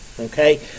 Okay